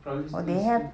probably still st~